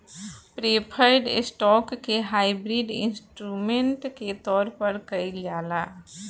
preferred stock के hybrid instrument के तौर पर कइल जाला